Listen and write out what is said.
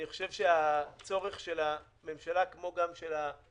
אני חושב שהצורך של הממשלה, כמו גם של הכנסת,